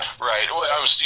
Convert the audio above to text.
Right